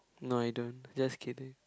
no I don't just kidding